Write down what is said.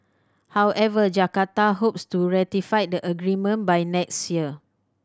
however Jakarta hopes to ratify the agreement by next year